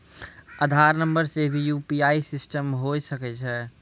आधार नंबर से भी यु.पी.आई सिस्टम होय सकैय छै?